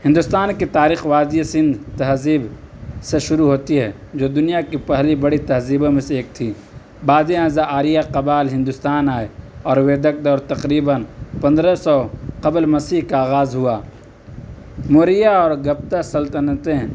ہندوستان کی تاریخ وادی سندھ تہذیب سے شروع ہوتی ہے جو دنیا کی پہلی بڑی تہذیبوں میں سے ایک تھی بعد ازاں آریہ قبال ہندوستان آئے اور ویدک دور تقریباً پندرہ سو قبل مسیح کا آغاز ہوا مریا اور گپتا سلطنتیں